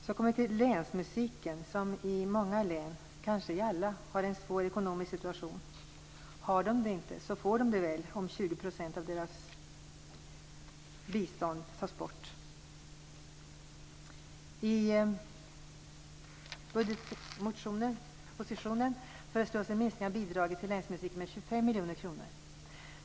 Jag kommer nu till länsmusiken, som i många län - kanske i alla - har en svår ekonomisk situation. Har den inte det får den väl det om 20 % av dess bistånd tas bort. I budgetpropositionen föreslås en minskning av bidraget till länsmusiken med 25 miljoner kronor.